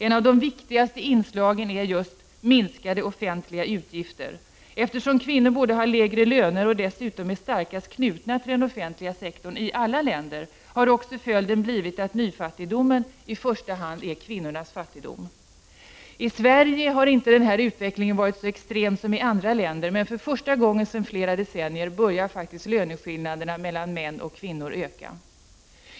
Ett av de viktigaste inslagen är minskade offentliga utgifter. Eftersom kvinnorna både har lägre löner och dessutom är starkast knutna till den offentliga sektorn, i alla länder, har också följden blivit att nyfattigdomen i första hand är en kvinnornas fattigdom. I Sverige har inte den här utvecklingen varit så extrem som i andra länder, men för första gången sedan flera decennier börjar faktiskt löneskillnaderna mellan män och kvinnor att öka.